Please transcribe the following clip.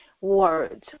words